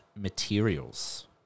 materials